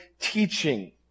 teaching